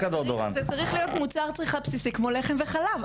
-- צריך להיות מוצר בסיסי כמו לחם וחלב.